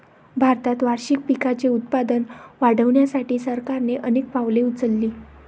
भारतात वार्षिक पिकांचे उत्पादन वाढवण्यासाठी सरकारने अनेक पावले उचलली